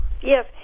Yes